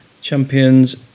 Champions